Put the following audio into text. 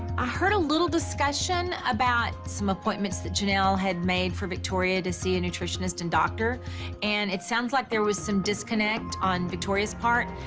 i heard a little discussion about some appointments that jinelle had made for victoria to see a nutritionist and doctor and it sounds like there was some disconnect on victoria's part.